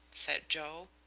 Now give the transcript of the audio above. said joe.